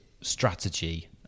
strategy